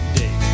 day